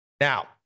Now